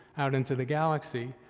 out into the galaxy,